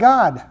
God